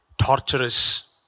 torturous